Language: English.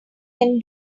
can